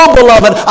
beloved